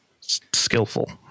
skillful